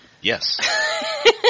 Yes